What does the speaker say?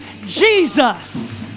Jesus